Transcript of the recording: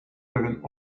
pewien